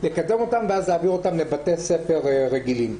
לקדם אותם ואז להעביר אותם לבתי ספר רגילים.